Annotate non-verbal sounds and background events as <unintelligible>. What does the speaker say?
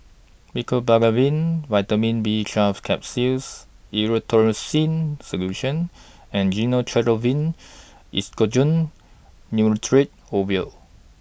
Mecobalamin Vitamin B twelve Capsules Erythroymycin Solution and Gyno Travogen <unintelligible> Nitrate Ovule